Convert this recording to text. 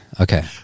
Okay